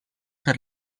per